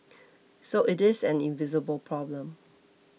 so it is an invisible problem